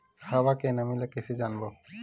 हवा के नमी ल कइसे जानबो?